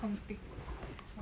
orh